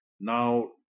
now